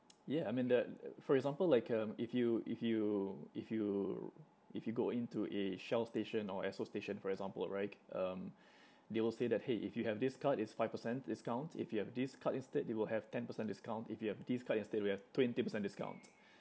yeah I mean that for example like um if you if you if you if you go into a Shell station or Esso station for example right um they will say that !hey! if you have this card it's five percent discount if you have this card instead they will have ten percent discount if you have this card instead you have twenty percent discount